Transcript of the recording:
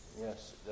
Yes